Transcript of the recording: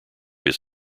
his